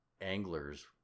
anglers